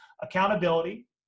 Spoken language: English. accountability